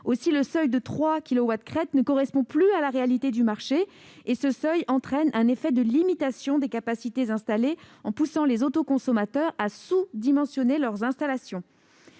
crête. Le seuil existant ne correspond plus aux réalités du marché, et entraîne une limitation des capacités installées, en poussant les autoconsommateurs à sous-dimensionner leurs installations.